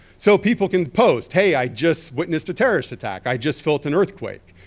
so people can post, hey, i just witnessed a terrorist attack. i just felt an earthquake.